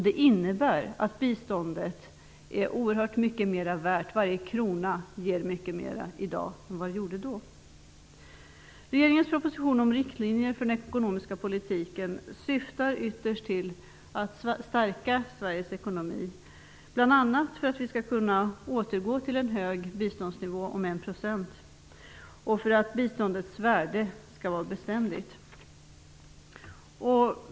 Det innebär att biståndet är oerhört mycket mer värt nu, varje krona ger mycket mer i dag än den gjorde då. Regeringens proposition om riktlinjer för den ekonomiska politiken syftar ytterst till att stärka Sveriges ekonomi, bl.a. för att vi skall kunna återgå till en hög biståndsnivå om 1 % och för att biståndets värde skall vara beständigt.